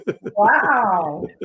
Wow